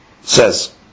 says